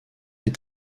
est